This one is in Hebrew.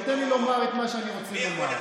תן לי לומר את מה שאני רוצה לומר.